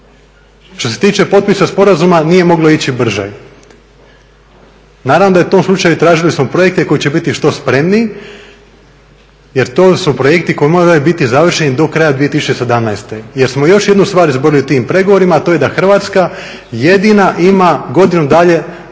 Što se tiče potpisa sporazuma nije moglo ići brže. Naravno da je to slučaj i tražili smo projekte koji će biti što spremniji, jer to su projekti koji moraju biti završeni do kraja 2017. jer smo još jednu stvar izborili u tim pregovorima, a to je da Hrvatska jedina ima godinu dana